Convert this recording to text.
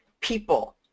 people